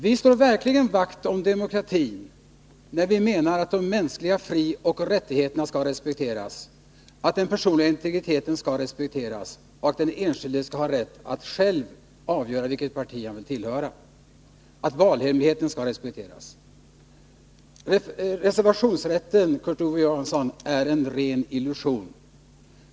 Vi slår verkligen vakt om demokratin, när vi menar att de mänskliga frioch rättigheterna skall respekteras, att den personliga integriteten skall respekteras, att den enskilde skall ha rätt att själv avgöra vilket parti han vill tillhöra och att valhemligheten skall respekteras. Reservationsrätten är en ren illusion.